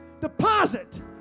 deposit